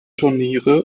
turniere